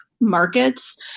markets